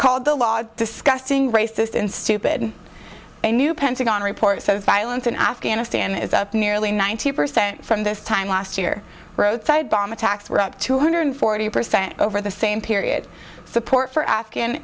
called the laws disgusting racist in stupid a new pentagon report says violence in afghanistan is up nearly ninety percent from this time last year roadside bomb attacks were up two hundred forty percent over the same period support for afghan